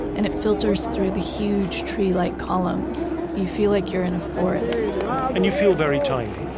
and it filters through the huge tree-like columns. you feel like you're in a forest and you feel very tiny.